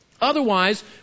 Otherwise